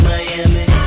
Miami